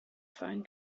foreign